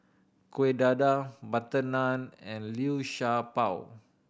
Kuih Dadar butter naan and Liu Sha Bao